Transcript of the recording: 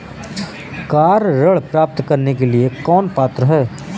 Car ऋण प्राप्त करने के लिए कौन पात्र है?